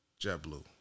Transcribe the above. JetBlue